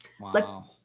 Wow